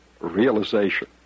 realization